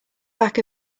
back